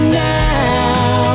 now